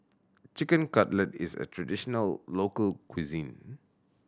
Chicken Cutlet is a traditional local cuisine